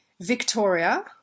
Victoria